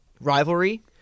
rivalry